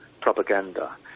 propaganda